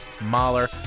Mahler